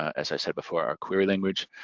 as i said before our query language.